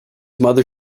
mother